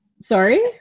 sorry